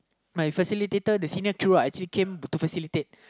my facilitator the senior Q are actually came to facilitate